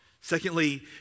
Secondly